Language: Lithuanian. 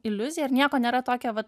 iliuzija ir nieko nėra tokio vat